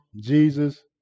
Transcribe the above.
Jesus